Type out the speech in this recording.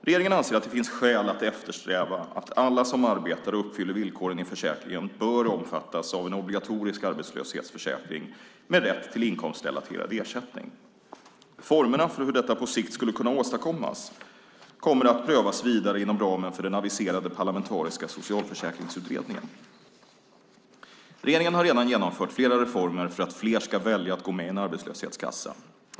Regeringen anser att det finns skäl att eftersträva att alla som arbetar och uppfyller villkoren i försäkringen omfattas av en obligatorisk arbetslöshetsförsäkring med rätt till inkomstrelaterad ersättning. Formerna för hur detta på sikt skulle kunna åstadkommas kommer att prövas vidare inom ramen för den aviserade parlamentariska socialförsäkringsutredningen. Regeringen har redan genomfört flera reformer för att fler ska välja att gå med i en arbetslöshetskassa.